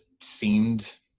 seemed